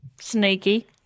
Sneaky